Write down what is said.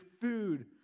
food